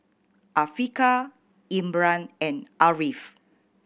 Afiqah Imran and Ariff